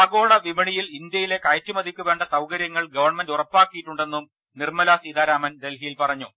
ആഗോള വിപണിയിൽ ഇന്ത്യയിലെ കയറ്റുമതികൾക്കുവേണ്ട സൌകര്യങ്ങൾ ഗവൺമെന്റ് ഉറപ്പാക്കിയിട്ടുണ്ടെന്നും നിർമ്മലാസീതാ രാമൻ ഡൽഹിയിൽ പറഞ്ഞു